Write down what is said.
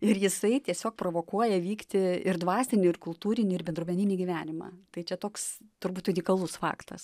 ir jisai tiesiog provokuoja vykti ir dvasinį ir kultūrinį ir bendruomeninį gyvenimą tai čia toks turbūt unikalus faktas